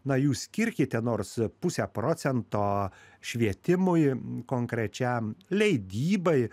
na jūs skirkite nors pusę procento švietimui konkrečiam leidybai